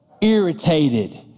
irritated